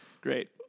Great